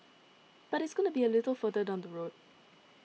but it's going to be a little bit further down the road